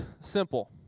simple